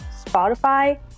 Spotify